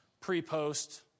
pre-post